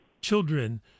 children